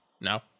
No